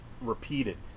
repeated